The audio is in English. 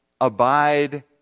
Abide